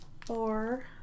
Four